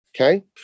okay